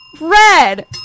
red